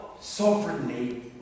sovereignly